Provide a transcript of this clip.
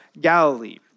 Galilee